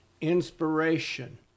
inspiration